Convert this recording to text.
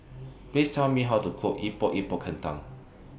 Please Tell Me How to Cook Epok Epok Kentang